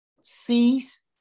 C's